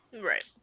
Right